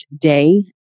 day